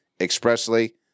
expressly